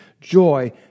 joy